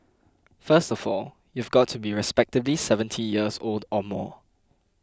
first of all you've got to be respectably seventy years old or more